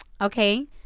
okay